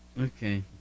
Okay